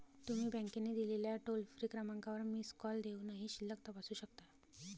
तुम्ही बँकेने दिलेल्या टोल फ्री क्रमांकावर मिस कॉल देऊनही शिल्लक तपासू शकता